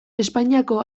espainiako